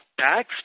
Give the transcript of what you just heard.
tax